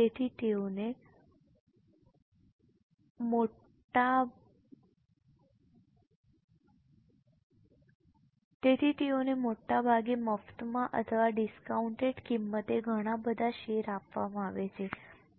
તેથી તેઓને મોટાભાગે મફતમાં અથવા ડિસ્કાઉન્ટેડ કિંમતે ઘણા બધા શેર આપવામાં આવે છે